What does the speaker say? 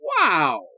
Wow